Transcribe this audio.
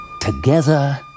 Together